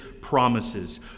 promises